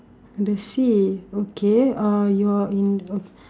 I see okay uh you are in oh